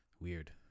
weird